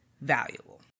valuable